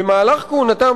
במהלך כהונתם,